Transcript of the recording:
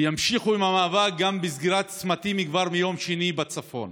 ימשיכו עם המאבק גם בסגירת צמתים כבר ביום שני בצפון